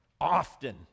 often